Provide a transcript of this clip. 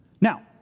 Now